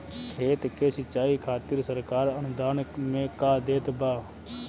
खेत के सिचाई खातिर सरकार अनुदान में का देत बा?